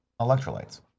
electrolytes